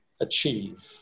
achieve